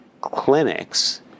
clinics